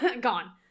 Gone